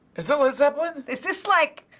is that led zeppelin? is this, like,